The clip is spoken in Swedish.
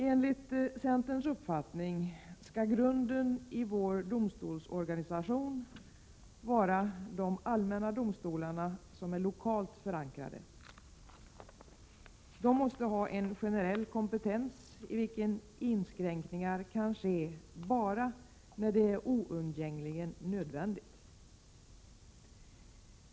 Enligt centerns uppfattning skall grunden i vår domstolsorganisation vara de allmänna domstolar som är lokalt förankrade. De måste ha en generell kompetens i vilken inskränkningar skall kunna ske bara när det är oundgängligen nödvändigt.